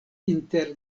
inter